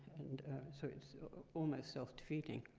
and so it's almost self-defeating.